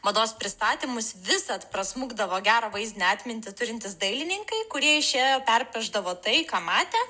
mados pristatymus visad prasmukdavo gerą vaizdinę atmintį turintys dailininkai kurie išėję perpiešdavo tai ką matė